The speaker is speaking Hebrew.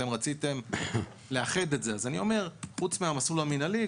אתם הרי רציתם לאחד את זה ואני אומר שחוץ מהמסלול המינהלי,